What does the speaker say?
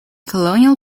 colonial